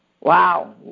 Wow